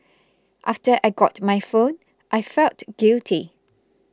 after I got my phone I felt guilty